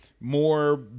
more